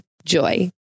Joy